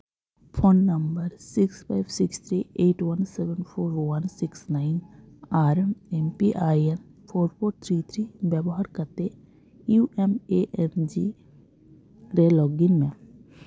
phone number six five six three eight one seven four one six nine ᱟᱨ M P I N four four three three ᱵᱮᱵᱚᱦᱟᱨ ᱠᱟᱛᱮᱫ U M A N G ᱨᱮ ᱞᱚᱜᱤᱱ ᱢᱮ